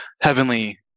heavenly